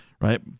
right